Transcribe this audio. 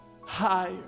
Higher